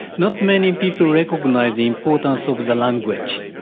not many people recognise the importance of the language.